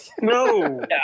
No